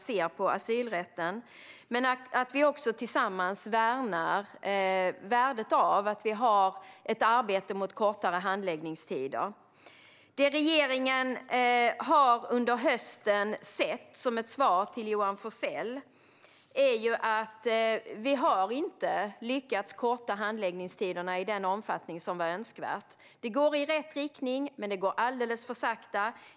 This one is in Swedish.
Det är också viktigt att vi tillsammans värnar värdet av att vi har ett arbete för kortare handläggningstider. Som ett svar till Johan Forssell: Det regeringen har sett under hösten är att vi inte har lyckats korta handläggningstiderna i önskvärd omfattning. Det går i rätt riktning, men det går alldeles för sakta.